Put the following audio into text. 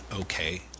okay